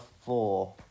four